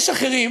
יש אחרים